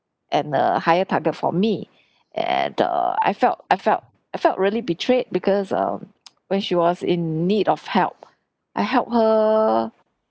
and err higher target for me and err I felt I felt I felt really betrayed because um when she was in need of help I helped her